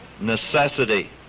necessity